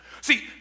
See